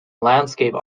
landscape